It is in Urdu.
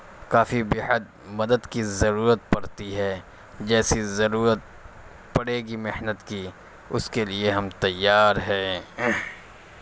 کافی بےحد مدد کی ضرورت پڑتی ہے جیسی ضرورت پڑے گی محنت کی اس کے لیے ہم تیار ہیں